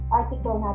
article